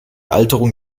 alterung